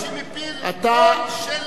זה מטוס שמפיל טון של נפץ.